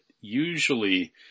usually